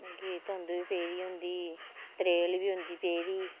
कि धुंध बी पेदी हुंदी त्रेल बी होंदी पेदी